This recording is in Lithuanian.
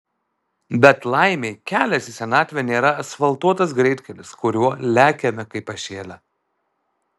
bet laimei kelias į senatvę nėra asfaltuotas greitkelis kuriuo lekiame kaip pašėlę